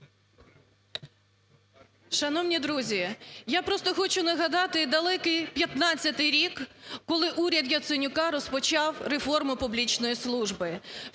Шановні друзі, я просто хочу нагадати далекий 2015 рік, коли уряд Яценюка розпочав реформу публічної служби.